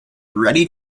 ready